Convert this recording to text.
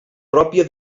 pròpia